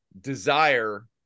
desire